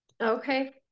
Okay